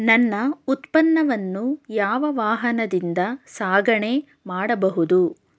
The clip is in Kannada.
ನನ್ನ ಉತ್ಪನ್ನವನ್ನು ಯಾವ ವಾಹನದಿಂದ ಸಾಗಣೆ ಮಾಡಬಹುದು?